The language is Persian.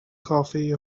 کافه